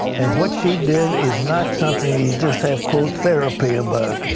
and what she did is not something you just have quote therapy about,